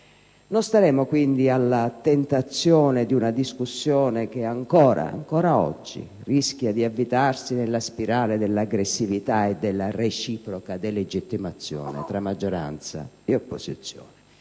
Non staremo quindi alla tentazione di una discussione che ancora oggi rischia di ad avvitarsi nella spirale dell'aggressività e della reciproca delegittimazione tra maggioranza e opposizione.